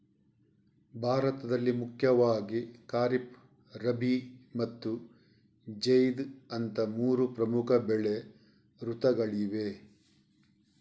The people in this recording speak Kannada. ಭಾರತದಲ್ಲಿ ಮುಖ್ಯವಾಗಿ ಖಾರಿಫ್, ರಬಿ ಮತ್ತು ಜೈದ್ ಅಂತ ಮೂರು ಪ್ರಮುಖ ಬೆಳೆ ಋತುಗಳಿವೆ